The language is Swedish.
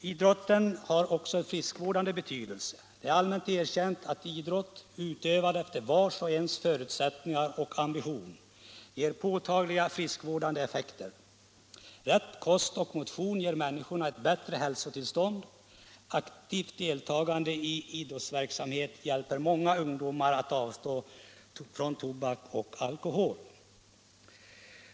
Idrotten har också en friskvårdande betydelse. Det är allmänt erkänt att idrott, utövad efter vars och ens förutsättningar och ambition, ger påtagliga friskvårdande effekter. Rätt kost och motion ger människorna ett bättre hälsotillstånd. Aktivt deltagande i idrottsverksamhet hjälper många ungdomar att avstå från tobak och alkohol.